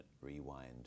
rewind